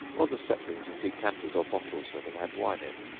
or the settlings of decanters or bottles that have had wine in,